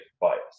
bias